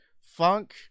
Funk